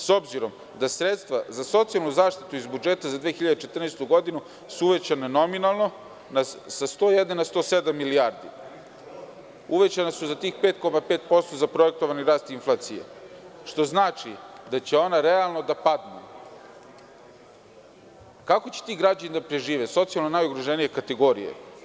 S obzirom da sredstva za socijalnu zaštitu iz budžeta za 2014. godinu su uvećana nominalno, sa 101 na 107 milijardi, uvećana su za tih 5,5% za projektovani rast inflacije, što znači da će ona realno da padnu, kako će ti građani da prežive, socijalno najugroženije kategorije?